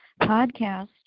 podcast